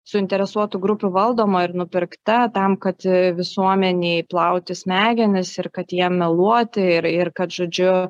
suinteresuotų grupių valdoma ir nupirkta tam kad visuomenei plauti smegenis ir kad jiem meluoti ir ir kad žodžiu